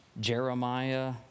Jeremiah